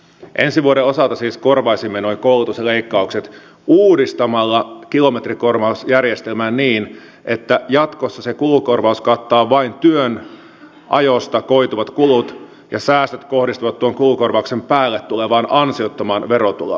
ensi vuoden osalta siis korvaisimme nuo koulutusleikkaukset uudistamalla kilometrikorvausjärjestelmän niin että jatkossa se kulukorvaus kattaa vain työajosta koituvat kulut ja säästöt kohdistuvat tuon kulukorvauksen päälle tulevaan ansiottomaan verotuloon